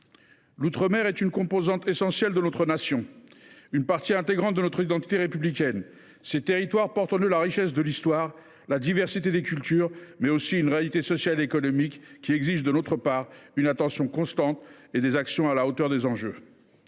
L’outre mer est une composante essentielle de notre nation, une partie intégrante de notre identité républicaine. Ces territoires portent en eux la richesse de l’Histoire, la diversité des cultures, mais aussi une réalité sociale et économique qui exige de notre part une attention constante et des actions à la hauteur des enjeux.